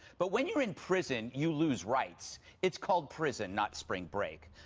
but when you're in prison, you lose rights. it's called prison, not spring break.